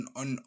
on